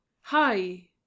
Hi